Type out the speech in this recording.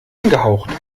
angehaucht